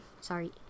Sorry